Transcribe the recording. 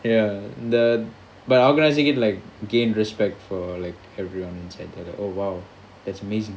ya the by organizing it like gain respect for like everyone it's like oh !wow! that's amazing